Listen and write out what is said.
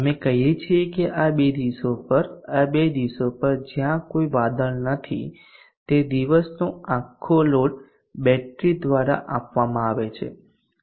અમે કહીએ છીએ કે આ બે દિવસો પર આ બે દિવસો પર અથવા જ્યાં કોઈ વાદળ નથી તે દિવસનો આખો લોડ બેટરી દ્વારા આપવામાં આવે છે